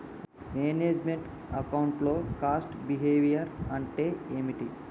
Manage meant account లో cost behaviour అంటే ఏమిటి?